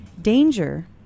danger